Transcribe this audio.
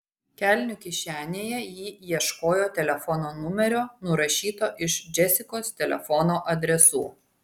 kelnių kišenėje ji ieškojo telefono numerio nurašyto iš džesikos telefono adresų